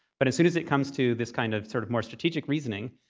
but as soon as it comes to this kind of sort of more strategic reasoning,